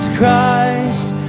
Christ